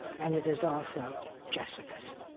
and it is also jessica's.